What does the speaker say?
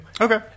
Okay